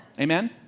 Amen